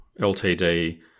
LTD